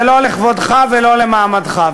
זה לא לכבודך ולא למעמדך.